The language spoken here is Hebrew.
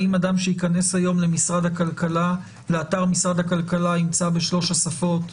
האם אדם שייכנס היום לאתר של משרד הכלכלה ימצא בשלושת השפות,